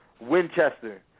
Winchester